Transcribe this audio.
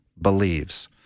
believes